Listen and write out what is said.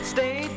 Stay